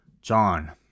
John